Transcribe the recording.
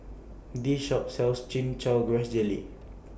This Shop sells Chin Chow Grass Jelly